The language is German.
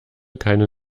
keine